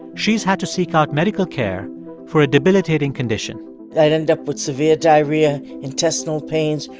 she's had to seek out medical care for a debilitating condition i'd end up with severe diarrhea, intestinal pains,